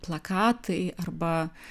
plakatai arba